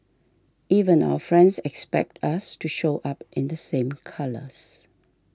even our friends expect us to show up in the same colours